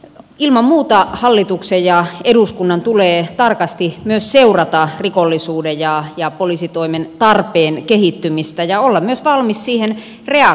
ilman muuta hallituksen ja eduskunnan tulee tarkasti myös seurata rikollisuuden ja poliisitoimen tarpeen kehittymistä ja olla myös valmis siihen reagoimaan